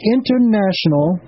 International